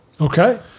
Okay